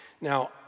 Now